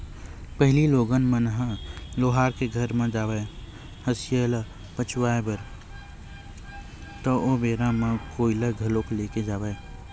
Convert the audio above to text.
पहिली लोगन मन ह लोहार के घर म जावय हँसिया ल पचवाए बर ता ओ बेरा म कोइला घलोक ले के जावय